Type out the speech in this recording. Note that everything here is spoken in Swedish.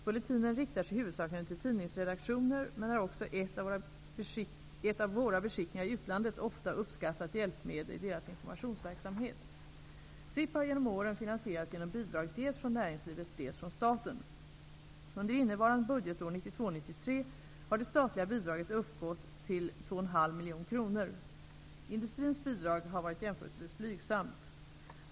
Bulletinen riktar sig huvudsakligen till tidningsredaktioner men är också ett av våra beskickningar i utlandet ofta uppskattat hjälpmedel i deras informationsverksamhet. SIP har genom åren finansierats genom bidrag dels från näringslivet, dels från staten. Under innevarande budgetår 1992/93 har det statliga bidraget uppgått till 2 525 000 kronor. Industrins bidrag har varit jämförelsevis blygsamt.